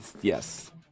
Yes